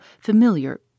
familiar